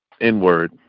inward